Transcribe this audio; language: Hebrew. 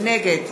נגד